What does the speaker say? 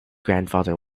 grandfather